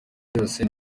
rwose